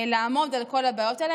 לעמוד על כל הבעיות האלה.